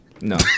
no